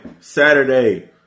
Saturday